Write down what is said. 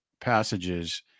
passages